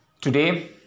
today